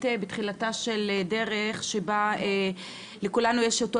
בתחילתה של דרך שבה לכולנו יש את אותה